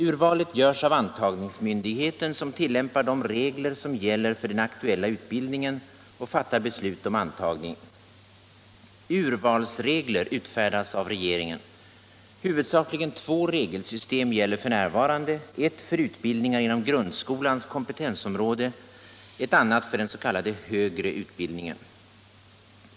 Urvalet görs av antagningsmyndigheten, som tillämpar de regler som gäller för den aktuella utbildningen och fattar beslut om antagning. Urvalsregler utfärdas av regeringen. Huvudsakligen två regelsystem gäller f. n., ett för utbildningar inom grundskolans kompetensområde, ett annat för den s.k. högre utbildningen.